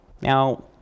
Now